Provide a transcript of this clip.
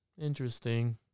Interesting